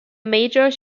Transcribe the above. major